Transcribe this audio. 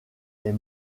est